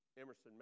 Emerson